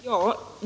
Herr talman!